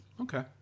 Okay